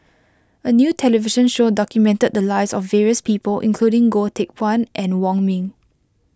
a new television show documented the lives of various people including Goh Teck Phuan and Wong Ming